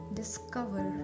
discover